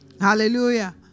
hallelujah